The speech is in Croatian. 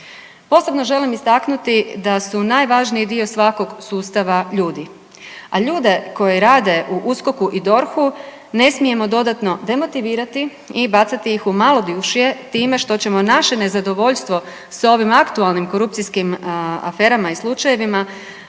Posebno želim istaknuti da su najvažniji dio svakog sustava ljudi, a ljude koji rade u USKOK-u i DORH-u ne smijemo dodatno demotivirati i bacati ih u malodušje time što ćemo naše nezadovoljstvo sa ovim aktualnim korupcijskim aferama i slučajevima